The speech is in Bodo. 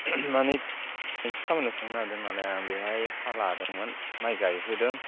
माने मोनसे खामानियाव थांनो नागिरदों नालाय आं बैहाय हा लादोंमोन माइ गायहोदों